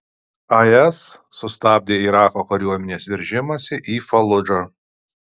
is sustabdė irako kariuomenės veržimąsi į faludžą